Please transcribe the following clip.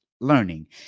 learning